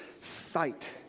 sight